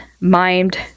mind